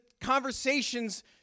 conversations